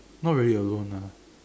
not really alone ah